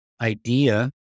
idea